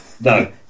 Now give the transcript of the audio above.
no